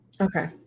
Okay